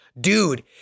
Dude